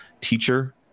teacher